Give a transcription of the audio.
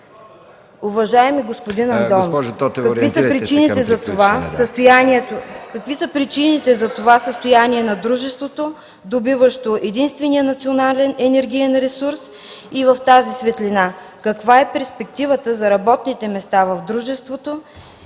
МАРИАНА ТОТЕВА: ... какви са причините за това състояние на дружеството, добиващо единствения национален енергиен ресурс, и в тази светлина – каква е перспективата за работните места в дружеството